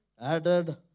added